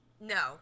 No